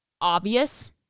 obvious